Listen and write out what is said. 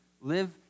Live